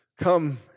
Come